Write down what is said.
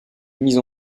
mise